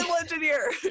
engineer